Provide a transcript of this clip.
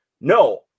no